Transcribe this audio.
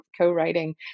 co-writing